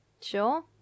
Sure